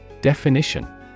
Definition